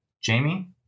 Jamie